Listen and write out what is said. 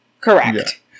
correct